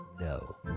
No